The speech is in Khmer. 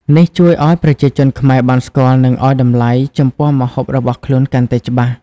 នេះជួយឲ្យប្រជាជនខ្មែរបានស្គាល់ និងឲ្យតម្លៃចំពោះម្ហូបរបស់ខ្លួនកាន់តែច្បាស់។